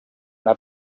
una